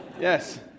Yes